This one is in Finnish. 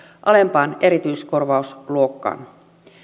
alempaan erityiskorvausluokkaan